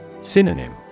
Synonym